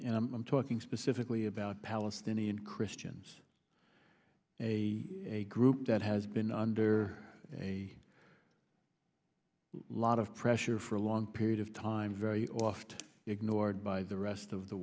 and i'm talking specifically about palestinian christians a group that has been under a lot of pressure for a long period of time very often ignored by the rest of the